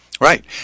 Right